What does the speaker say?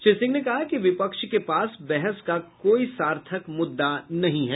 श्री सिंह ने कहा कि विपक्ष के पास बहस का कोई सार्थक मुद्दा नहीं है